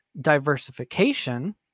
diversification